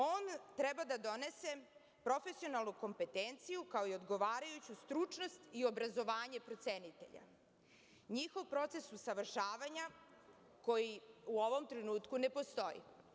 On treba da donese profesionalnu kompetenciju, kao i odgovarajuću stručnost i obrazovanje procenitelja, njihov proces usavršavanja, koji u ovom trenutku ne postoji.